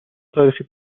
تاریخی